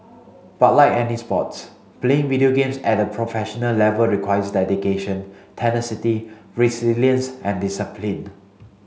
but like any sports playing video games at a professional level requires dedication tenacity resilience and discipline